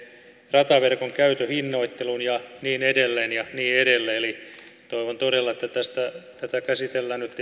rataverkon käytön hinnoitteluun ja niin edelleen ja niin edelleen eli toivon todella että tätä käsitellään nyt